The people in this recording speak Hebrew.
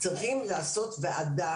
צריכים לעשות ועדה,